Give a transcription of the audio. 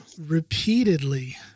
repeatedly